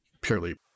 purely